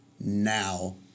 now